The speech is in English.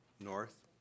North